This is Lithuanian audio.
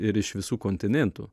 ir iš visų kontinėntų